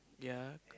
ya